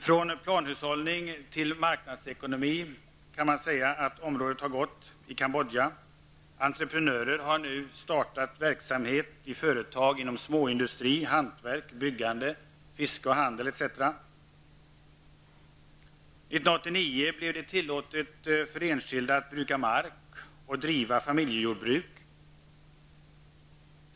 Man kan säga att Kambodja har gått från planhushållning till marknadsekonomi. Entreprenörer har nu startat verksamhet i företag inom småindustri, hantverk, byggande, fiske, handel etc. 1989 blev det tillåtet för enskilda att bruka mark och driva familjejordbruk.